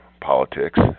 politics